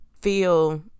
feel